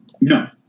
No